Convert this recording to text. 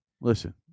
Listen